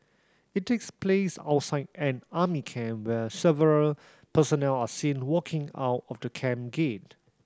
it takes place outside an army camp where several personnel are seen walking out of the camp gate